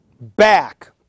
back